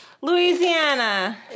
Louisiana